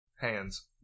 Hands